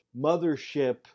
mothership